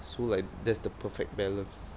so like that's the perfect balance